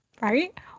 Right